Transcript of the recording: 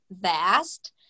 vast